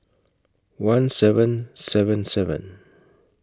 one seven seven seven